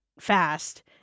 fast